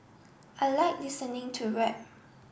I like listening to rap